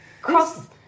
Cross